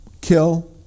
kill